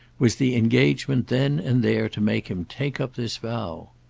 was the engagement then and there to make him take up this vow.